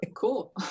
cool